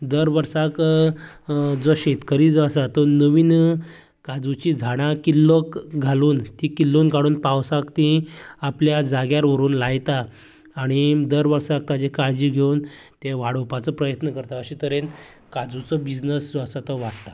दर वर्सांक जो शेतकरी जो आसा तो नवीन काजूंची झाडां किल्लोक घालून ती किल्लोवन काडून पावसांक ती आपल्या जाग्यार व्हरून लायता आनी दर वर्साक ताची काळजी घेवन तें वाडोवपाचो प्रयत्न करता अशें तरेन काजूचो बिजनस जो आसा तो वाडटा